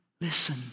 Listen